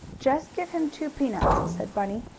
just give him two peanuts, said bunny,